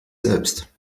selbst